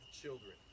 children